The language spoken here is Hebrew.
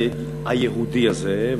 היהודי הזה,